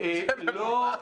-- איזה מבוכה?